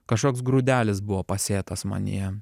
kažkoks grūdelis buvo pasėtas manyje